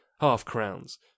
half-crowns